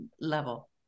level